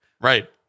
Right